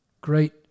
great